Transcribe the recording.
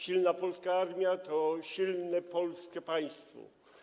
Silna polska armia to silne polskie państwo.